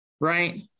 right